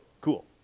cool